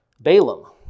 Balaam